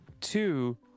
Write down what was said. two